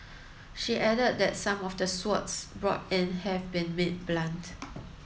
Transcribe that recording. she added that some of the swords brought in have been made blunt